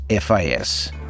FIS